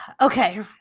Okay